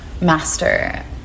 master